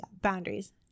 Boundaries